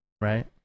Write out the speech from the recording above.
right